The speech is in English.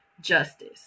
justice